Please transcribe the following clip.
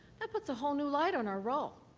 that puts a whole new light on our role,